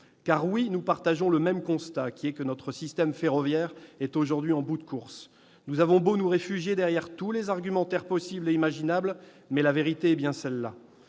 pays. Nous partageons en effet le même constat : notre système ferroviaire est aujourd'hui en bout de course. Nous avons beau nous réfugier derrière tous les argumentaires possibles et imaginables, la vérité est bien celle-ci